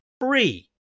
free